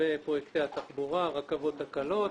לגבי פרויקטי התחבורה - הרכבות הקלות,